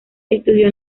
estudió